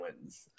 wins